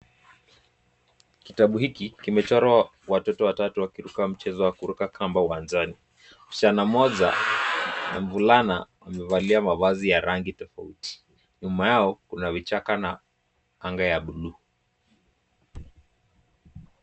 Kitabu hiki kimechorwa watoto watatu wakiruka mchezo ya kuruka kamba uwanjani, Msichana mmoja na mvulana wamevalia mavazi ya rangi tofauti nyuma yao kuna vichaka na anga ya(cs)blue(cs).